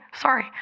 sorry